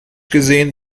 gesehen